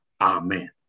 amen